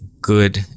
good